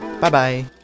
Bye-bye